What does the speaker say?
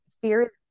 fear